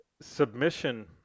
Submission